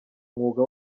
umwuga